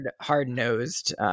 hard-nosed